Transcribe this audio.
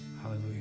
hallelujah